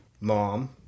Mom